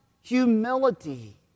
humility